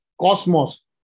cosmos